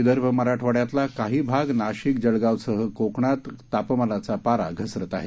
विदर्भ मराठवाङ्यातला काही भाग नाशिक जळगावसह कोकणात तापमानाचा पारा घसरत आहे